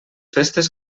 festes